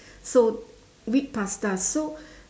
so wheat pasta so